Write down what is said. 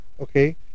okay